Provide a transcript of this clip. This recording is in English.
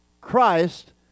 Christ